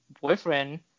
boyfriend